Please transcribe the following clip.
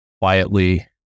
quietly